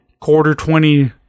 quarter-twenty